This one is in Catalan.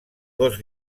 dos